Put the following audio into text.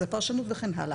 זו פרשנות וכן הלאה.